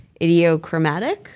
idiochromatic